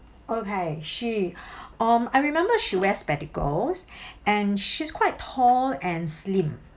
okay she um I remember she wears spectacles and she's quite tall and slim